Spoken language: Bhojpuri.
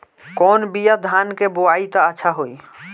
कौन बिया धान के बोआई त अच्छा होई?